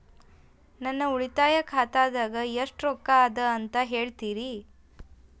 ನನ್ನ ಉಳಿತಾಯ ಖಾತಾದಾಗ ಎಷ್ಟ ರೊಕ್ಕ ಅದ ಅಂತ ಹೇಳ್ತೇರಿ?